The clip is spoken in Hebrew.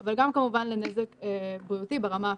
אבל גם כמובן לנזק בריאותי ברמה הפיזית.